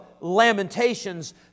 Lamentations